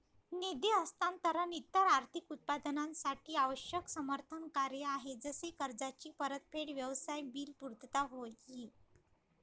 निधी हस्तांतरण इतर आर्थिक उत्पादनांसाठी आवश्यक समर्थन कार्य आहे जसे कर्जाची परतफेड, व्यवसाय बिल पुर्तता होय ई